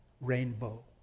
Rainbow